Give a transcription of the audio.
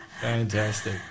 Fantastic